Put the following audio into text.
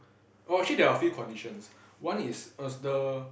oh actually there are a few conditions one is uh the